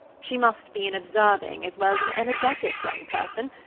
she must be an observing as well as an energetic young person,